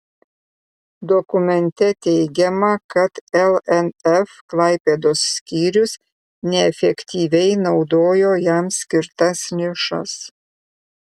dokumente teigiama kad lnf klaipėdos skyrius neefektyviai naudojo jam skirtas lėšas